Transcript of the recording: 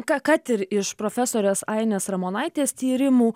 ka kad ir iš profesorės ainės ramonaitės tyrimų